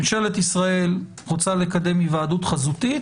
ממשלת ישראל רוצה לקדם היוועדות חזותית